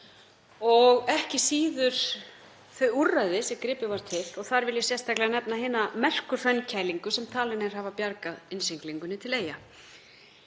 og ekki síður þau úrræði sem gripið var til. Þar vil ég sérstaklega nefna hina merku hraunkælingu sem talin er hafa bjargað innsiglingunni til Eyja.